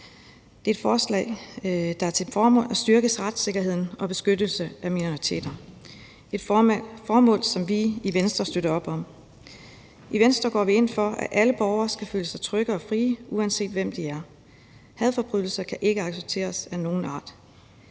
Det er et forslag, der har til formål at styrke retssikkerheden og beskyttelsen af minoriteter. Det er et formål, som vi i Venstre støtter op om. I Venstre går vi ind for, at alle borgere skal føle sig trygge og frie, uanset hvem de er. Hadforbrydelser af nogen art